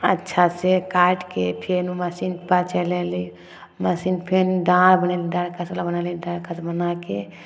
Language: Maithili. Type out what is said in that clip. अच्छासँ काटिके फेन उ मशीनपर चलैली मशीन फेन डार बनैली डाँर कसय लए बनैली डरकस बनाके